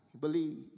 believe